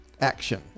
action